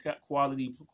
quality